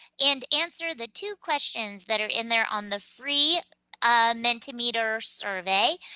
and answer the two questions that are in there on the free ah mentimeter survey.